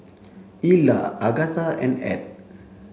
Illa Agatha and Ed